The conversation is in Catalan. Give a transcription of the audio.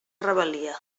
rebel·lia